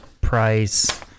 Price